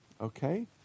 Okay